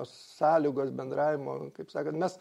sąlygos bendravimo kaip sakant mes